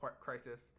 crisis